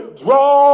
draw